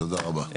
תודה רבה.